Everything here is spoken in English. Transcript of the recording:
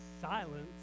Silence